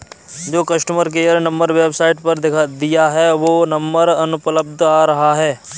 जो customer care number website पर दिया है वो नंबर अनुपलब्ध आ रहा है